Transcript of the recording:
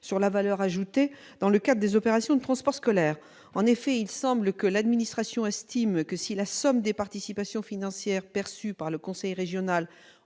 sur la valeur ajoutée dans le cadre des opérations de transport scolaire. En effet, l'administration semble estimer que, si la somme des participations financières perçues par le conseil régional